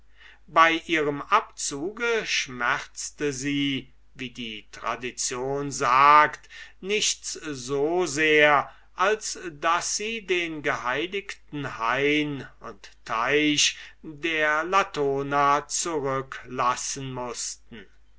bei ihrem abzuge schmerzte sie wie die tradition sagt nichts so sehr als daß sie den geheiligten hain und teich der latona zurücklassen mußten